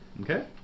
Okay